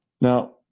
Now